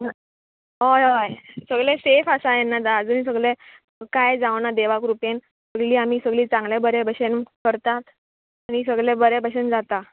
हय हय सगले सेफ आसा तेन्ना आजून सगले कांय जावना देवाक कृपेन सगली आमी सगली चांगले बरे भशेन करतात आनी सगळे बरे भशेन जाता